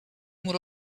mul